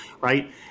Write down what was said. right